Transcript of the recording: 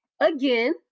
again